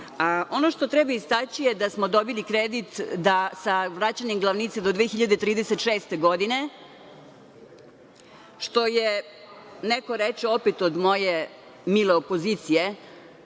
što treba istaći je da smo dobili kredit da sa vraćanjem glavnice do 2036. godine, što neko reče, opet od moje mile opozicije,